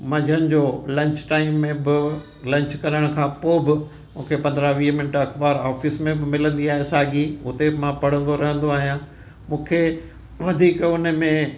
मंझंदि जो बि लंच टाइम में बि लंच करण खां पोइ बि मूंखे पंदरहां वीह मिंट अख़बार ऑफ़िस में बि मिलंदी आहे साॻी उते बि मां पढ़ंदो रहंदो आहियां मूंखे वधीक उनमें